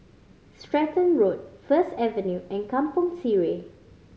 Stratton Road First Avenue and Kampong Sireh